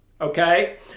Okay